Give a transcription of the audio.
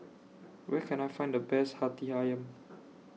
Where Can I Find The Best Hati Ayam